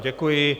Děkuji.